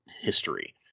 history